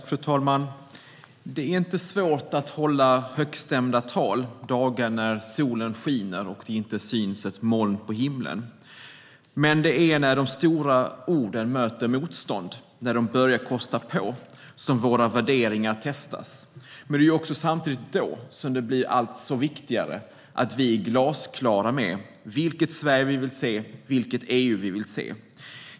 Fru talman! Det är inte svårt att hålla högstämda tal dagar när solen skiner och det inte syns ett moln på himlen. Men det är när de stora orden möter motstånd och när de börjar kosta på som våra värderingar testas. Men det är också då som det blir allt viktigare att vi är glasklara med vilket Sverige och vilket EU vi vill se.